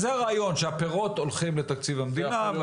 כן, זה הרעיון, שהפירות הולכים לתקציב המדינה.